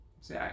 See